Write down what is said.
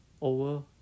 over